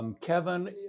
Kevin